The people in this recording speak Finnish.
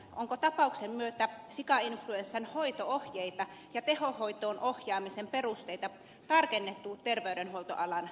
onko tapauksen myötä sikainfluenssan hoito ohjeita ja tehohoitoon ohjaamisen perusteita tarkennettu terveydenhuoltoalan ammattilaisille